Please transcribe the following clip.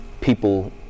people